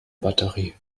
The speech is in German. batterie